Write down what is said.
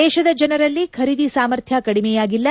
ದೇಶದ ಜನರಲ್ಲಿ ಖರೀದಿ ಸಾಮರ್ಥ್ಲ ಕಡಿಮೆಯಾಗಿಲ್ಲ